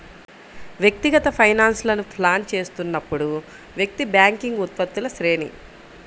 వ్యక్తిగత ఫైనాన్స్లను ప్లాన్ చేస్తున్నప్పుడు, వ్యక్తి బ్యాంకింగ్ ఉత్పత్తుల శ్రేణి